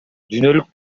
дүйнөлүк